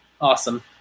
Awesome